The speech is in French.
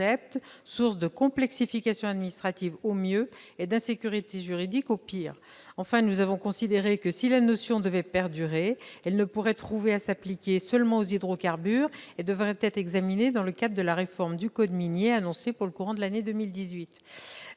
source de complexification administrative, au mieux, et d'insécurité juridique, au pire. Par ailleurs, nous avons considéré que, si cette notion devait perdurer, elle ne pourrait trouver à s'appliquer aux seuls hydrocarbures et devrait être examinée dans le cadre de la réforme du code minier annoncée pour le courant de l'année 2018.